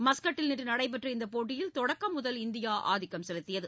மஸ்கட்டில் நேற்று நடைபெற்ற இந்தப் போட்டியில் தொடக்கம் முதல் இந்தியா அஆதிக்கம் செலத்தியது